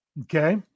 Okay